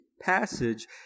passage